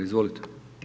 Izvolite.